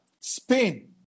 Spain